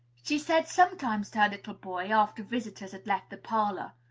she said sometimes to her little boy, after visitors had left the parlor,